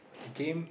a game